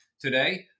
today